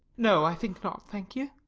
no, i think not, thank you.